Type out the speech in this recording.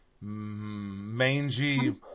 mangy